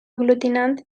aglutinant